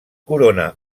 corona